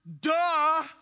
duh